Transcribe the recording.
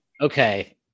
Okay